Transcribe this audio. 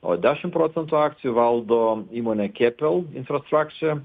o dešimt procentų akcijų valdo įmonė keppel infrastructure